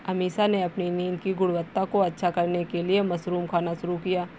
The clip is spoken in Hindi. अमीषा ने अपनी नींद की गुणवत्ता को अच्छा करने के लिए मशरूम खाना शुरू किया